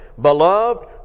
Beloved